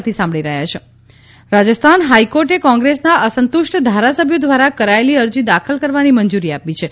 Rajasthan high court Rajasthan હાઈકોર્ટે કોંગ્રેસના અસંતુષ્ટ ધારાસભ્યો દ્વારા કરાયેલી અરજી દાખલ કરવાની મંજૂરી આપી છે